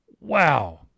wow